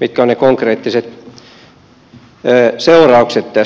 mitkä ovat ne konkreettiset seuraukset tästä